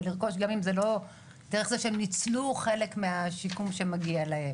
ולרכוש גם אם זה לא דרך זה שהם ניצלו חלק מהשיקום שמגיע להם,